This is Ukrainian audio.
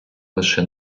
лише